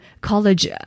college